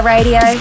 Radio